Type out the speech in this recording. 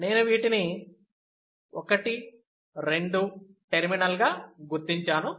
నేను వీటిని 1 2 టెర్మినల్ గా గుర్తించాను